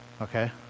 Okay